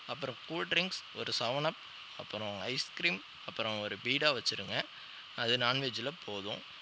அப்பறம் cool drinks ஒரு seven up அப்பறம் ஐஸ்கிரீம் அப்பறம் ஒரு பீடா வச்சுருங்க அது நான்வெஜ்ஜில் போதும்